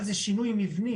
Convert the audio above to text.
אבל זה שינוי מבני